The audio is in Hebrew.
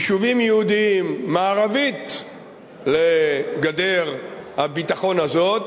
יישובים יהודיים מערבית לגדר הביטחון הזאת